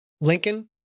Lincoln